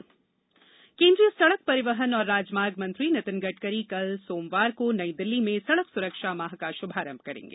सड़क सुरक्षा सप्ताह केंद्रीय सड़क परिवहन और राजमार्ग मंत्री नितिन गडकरी कल सोमवार को नई दिल्ली में सड़क सुरक्षा माह का शुभारंभ करेंगे